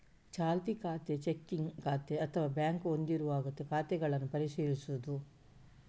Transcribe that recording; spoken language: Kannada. ಚಾಲ್ತಿ ಖಾತೆ, ಚೆಕ್ಕಿಂಗ್ ಖಾತೆ ಅಥವಾ ಬ್ಯಾಂಕ್ ಹೊಂದಿರುವಾಗ ಖಾತೆಯನ್ನು ಪರಿಶೀಲಿಸುವುದು